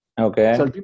Okay